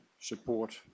support